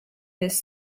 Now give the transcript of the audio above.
this